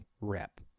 rep